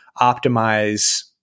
optimize